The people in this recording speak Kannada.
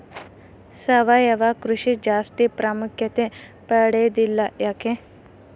ಸಾವಯವ ಕೃಷಿ ಜಾಸ್ತಿ ಪ್ರಾಮುಖ್ಯತೆ ಪಡೆದಿಲ್ಲ ಯಾಕೆ?